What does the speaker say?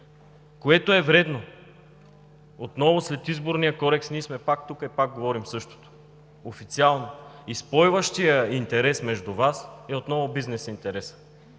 което е вредно. Отново след Изборния кодекс ние пак сме тук и пак говорим същото – официално, и спойващият интерес между Вас е отново бизнес интересът